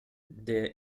der